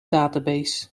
database